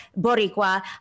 Boricua